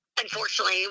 unfortunately